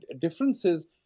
differences